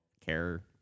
care